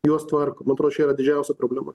juos tvarko man atrodo čia yra didžiausia problema